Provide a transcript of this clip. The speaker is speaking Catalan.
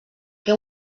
què